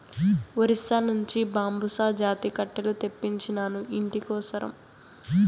ఒరిస్సా నుంచి బాంబుసా జాతి కట్టెలు తెప్పించినాను, ఇంటి కోసరం